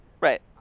Right